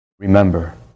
Remember